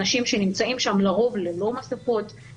אנשים נמצאים שם לרוב ללא מסכות,